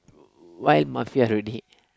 why mafia already